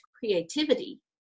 creativity